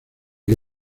que